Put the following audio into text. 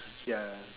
ya